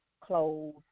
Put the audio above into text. clothes